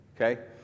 Okay